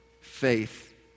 faith